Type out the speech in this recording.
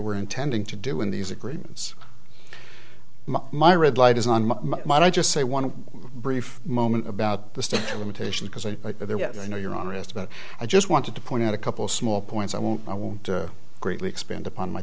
were intending to do in these agreements my red light is on my mind i just say want to brief moment about the state limitation because i know you're honest about it i just wanted to point out a couple small points i won't i won't greatly expand upon my